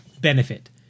benefit